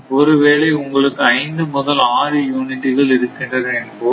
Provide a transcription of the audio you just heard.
ஒருவேளை உங்களுக்கு ஐந்து முதல் ஆறு யூனிட் கள் இருக்கின்றன என்போம்